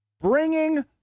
bringing